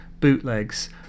bootlegs